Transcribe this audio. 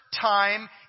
time